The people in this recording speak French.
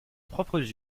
propres